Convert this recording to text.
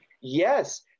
Yes